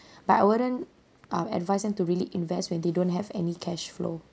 but I wouldn't um advise them to really invest when they don't have any cash flow